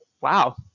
wow